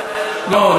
לא,